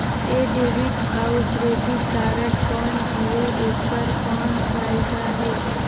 ये डेबिट अउ credit card कौन हवे एकर कौन फाइदा हे?